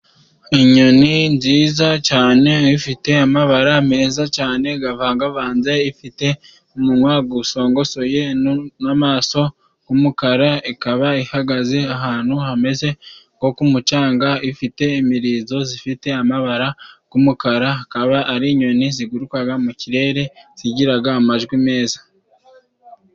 Inyoni nziza cyane ifite amabara meza cyane gavangavanze, ifite umunwa gusongosoye n'amaso g'umukara ikaba ihagaze ahantu hameze nko ku mucanga, ifite imirizo zifite amabara g'umukara akaba ari inyoni zigurukaga mu kirere, zigiraga amajwi meza.